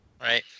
Right